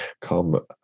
come